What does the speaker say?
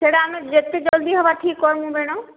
ସେହିଟା ଆମେ ଯେତେ ଜଲ୍ଦି ହେବା ଠିକ କରିମୁ ମ୍ୟାଡ଼ମ